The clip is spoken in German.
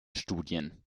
studien